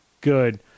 good